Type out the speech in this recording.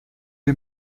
les